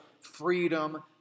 freedom